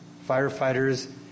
firefighters